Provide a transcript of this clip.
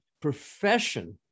profession